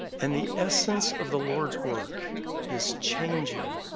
and the essence of the lord's work is changing,